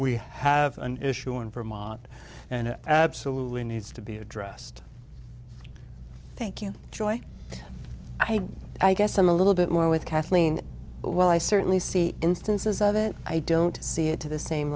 we have an issue in vermont and it absolutely needs to be addressed thank you joy i guess i'm a little bit more with kathleen but while i certainly see instances of it i don't see it to the same